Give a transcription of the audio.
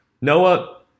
Noah